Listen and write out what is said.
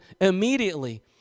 immediately